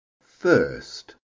First